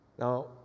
Now